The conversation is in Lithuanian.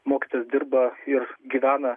mokytojas dirba ir gyvena